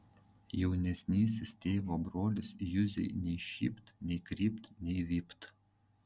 jaunesnysis tėvo brolis juzei nei šypt nei krypt nei vypt